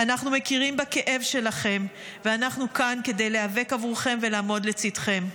אנחנו מכירים בכאב שלכם ואנחנו כאן כדי להיאבק עבורכם ולעמוד לצידכם.